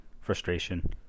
Frustration